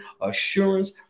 assurance